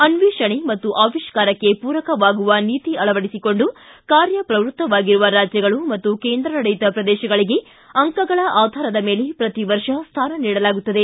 ಅನ್ನೇಷಣೆ ಮತ್ತು ಅವಿಷ್ಕಾರಕ್ಕೆ ಪೂರಕವಾಗುವ ನೀತಿ ಅಳವಡಿಸಿಕೊಂಡು ಕಾರ್ಯಪ್ರವೃತ್ತವಾಗಿರುವ ರಾಜ್ಯಗಳು ಮತ್ತು ಕೇಂದ್ರಾಡಳಿತ ಪ್ರದೇಶಗಳಿಗೆ ಅಂಕಗಳ ಆಧಾರದ ಮೇಲೆ ಪ್ರತಿವರ್ಷ ಸ್ಥಾನ ನೀಡಲಾಗುತ್ತದೆ